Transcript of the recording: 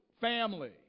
family